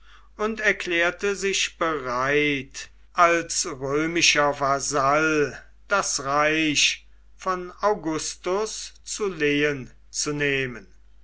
und erklärte sich bereit als römischer vasall das reich von augustus zu lehen zu nehmen